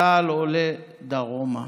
צה"ל עולה דרומה,